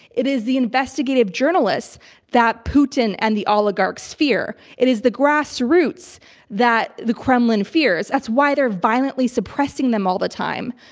it is the investigative journalists that putin and the oligarchs fear. it is the grassroots that the kremlin fears. that's why they're violently suppressing them all the time.